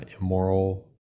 immoral